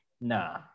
Nah